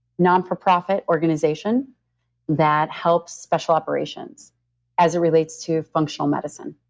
non-for-profit organization that helps special operations as it relates to functional medicine